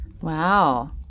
Wow